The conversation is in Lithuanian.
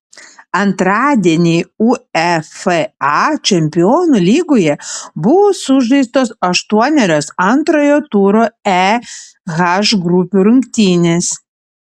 antradienį uefa čempionų lygoje buvo sužaistos aštuonerios antrojo turo e h grupių rungtynės